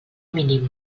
mínim